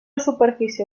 superfície